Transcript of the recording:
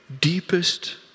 deepest